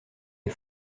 est